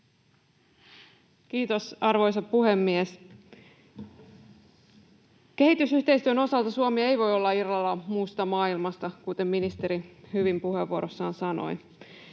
Kiitos, arvoisa puhemies! Kehitysyhteistyön osalta Suomi ei voi olla irrallaan muusta maailmasta, kuten ministeri hyvin puheenvuorossaan sanoi.